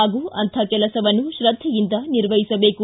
ಹಾಗೂ ಅಂಥ ಕೆಲಸವನ್ನು ತ್ರದ್ಧೆಯಿಂದ ನಿರ್ವಹಿಸಬೇಕು